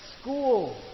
school